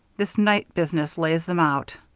this night business lays them out.